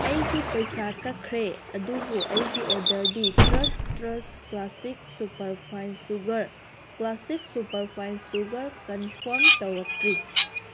ꯑꯩꯒꯤ ꯄꯩꯁꯥ ꯀꯛꯈ꯭ꯔꯦ ꯑꯗꯨꯕꯨ ꯑꯩꯒꯤ ꯑꯣꯗꯔꯗꯤ ꯇ꯭ꯔꯁ ꯇ꯭ꯔꯁ classic superfine sugar classic superfine sugar confirm ꯇꯧꯔꯛꯇ꯭ꯔꯤ